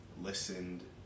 listened